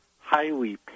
highly